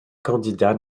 candidat